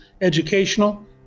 educational